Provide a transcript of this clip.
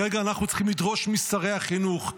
כרגע אנחנו צריכים לדרוש משרי החינוך,